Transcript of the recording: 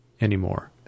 anymore